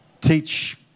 teach